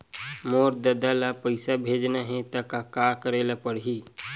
मोर ददा ल पईसा भेजना हे त का करे ल पड़हि?